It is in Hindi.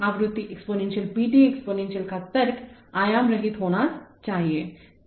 आवृत्ति एक्सपोनेंशियल p t एक्सपोनेंशियल का तर्क आयाम रहित होना चाहिए